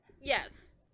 Yes